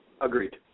Agreed